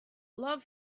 love